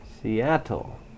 Seattle